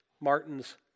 Martin's